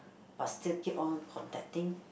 but still keep on contacting